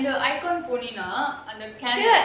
ya and the icon போனீன்னாஅந்த:poneenaa antha